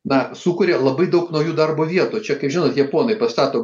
na sukuria labai daug naujų darbo vietų čia kaip žinot japonai pastato